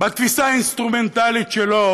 בתפיסה האינסטרומנטלית שלו